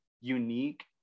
unique